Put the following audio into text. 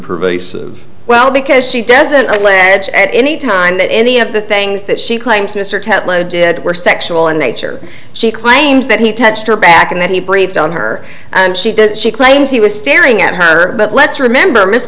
pervasive well because she doesn't lead at any time that any of the things that she claims mr tetlow did were sexual in nature she claims that he touched her back and then he breathed on her and she does she claims he was staring at her but let's remember m